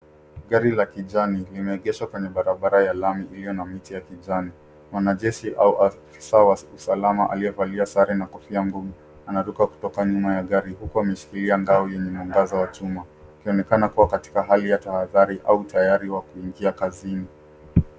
Gari la kijani limeegeshwa kwenye barabara ya lami iliyo na miti ya kijani. Mwanajeshi au afisa wa usalama aliyevalia sare na kofia ngumu anaruka kutoka nyuma ya gari huku ameshikilia ngao yenye mwangaza wa chuma ikionekana kuwa katika hali ya tahadhari au tayari kuingia kazini.